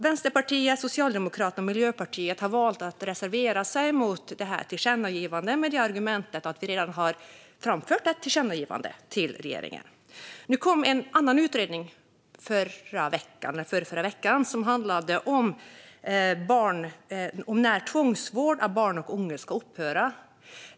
Vänsterpartiet, Socialdemokraterna och Miljöpartiet har valt att reservera sig mot tillkännagivandet med argumentet att riksdagen redan har framfört ett tillkännagivande till regeringen. För någon vecka sedan kom en annan utredning som handlade om när tvångsvård av barn och unga ska upphöra.